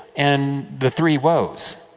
and the three woes,